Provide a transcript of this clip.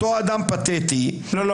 אותו אדם פתטי -- לא.